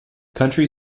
country